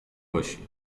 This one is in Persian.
باشین